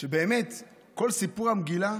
שבאמת בכל סיפור המגילה